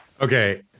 Okay